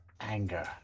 anger